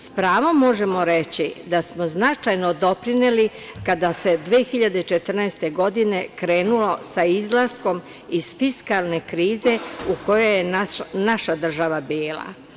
Sa pravom možemo reći da smo značajno doprineli kada se 2014. godine krenula sa izlaskom iz fiskalne krize u kojoj je naša država bila.